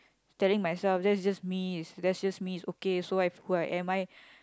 telling myself that just me is that just me is okay so I who am I